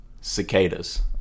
cicadas